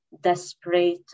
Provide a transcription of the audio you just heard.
desperate